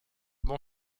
bon